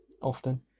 Often